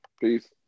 Peace